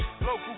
Local